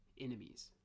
enemies